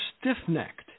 stiff-necked